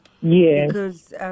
Yes